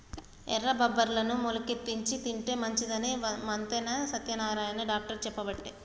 ఎర్ర బబ్బెర్లను మొలికెత్తిచ్చి తింటే మంచిదని మంతెన సత్యనారాయణ డాక్టర్ చెప్పబట్టే